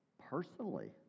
personally